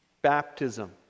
Baptism